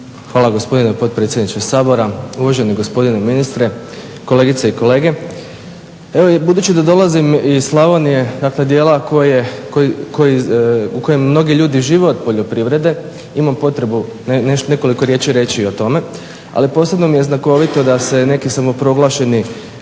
Hvala gospodine potpredsjedniče Sabora. Uvaženi gospodine ministre, kolegice i kolege. Evo budući da dolazim iz Slavonije dakle dijela u kojem mnogi ljudi žive od poljoprivrede imam potrebu nekoliko riječi reći o tome. Ali posebno mi je znakovito da se neki samoproglašeni